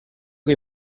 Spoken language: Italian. che